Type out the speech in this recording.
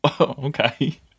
Okay